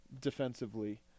defensively